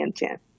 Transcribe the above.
intent